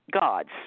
gods